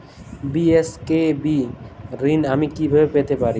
BSKB ঋণ আমি কিভাবে পেতে পারি?